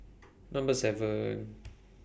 Number seven